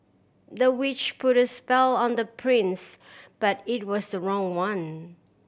the witch put a spell on the prince but it was the wrong one